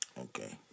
Okay